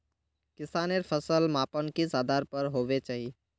किसानेर फसल मापन किस आधार पर होबे चही?